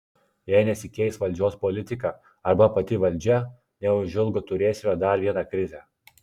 jei nesikeis valdžios politika arba pati valdžia neužilgo turėsime dar vieną krizę